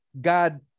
God